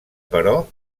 però